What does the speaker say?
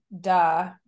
duh